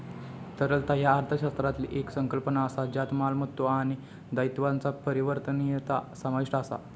तरलता ह्या अर्थशास्त्रातली येक संकल्पना असा ज्यात मालमत्तो आणि दायित्वांचा परिवर्तनीयता समाविष्ट असा